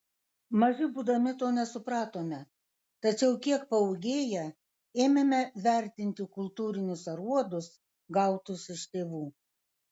maži būdami to nesupratome tačiau kiek paūgėję ėmėme vertinti kultūrinius aruodus gautus iš tėvų